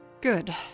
Good